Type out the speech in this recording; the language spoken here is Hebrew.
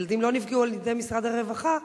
הילדים לא נפגעו על-ידי משרד הרווחה,